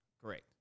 Correct